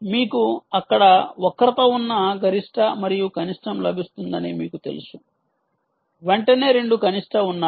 మీకు అక్కడ వక్రత ఉన్న గరిష్ట మరియు కనిష్టం లభిస్తుందని మీకు తెలుసు వెంటనే 2 కనిష్ట ఉన్నాయి